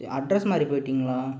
address மாறி போய்ட்டீங்களா